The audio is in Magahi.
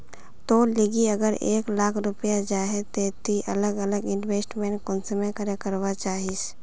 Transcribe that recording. तोर लिकी अगर एक लाख रुपया जाहा ते ती अलग अलग इन्वेस्टमेंट कुंसम करे करवा चाहचिस?